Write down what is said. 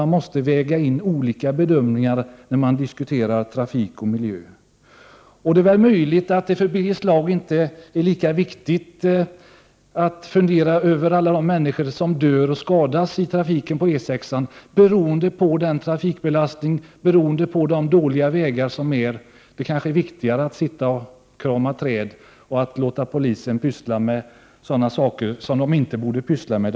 Man måste ju väga in olika bedömningar när trafiken och miljön, ZH Om minskat utsläpp av diskuteras. oc NA Det är möjligt att det inte är lika viktigt för Birger Schlaug att fundera över ke er från vägalla de människor som dör eller skadas i trafiken på E 6 på grund av trafiken trafikbelastningen och de dåliga vägförhållandena. Det är kanske viktigare att krama träd och att polisen får pyssla med sådant som den inte borde pyssla med.